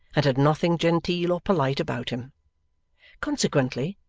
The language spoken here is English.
and had nothing genteel or polite about him consequently,